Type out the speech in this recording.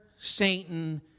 Satan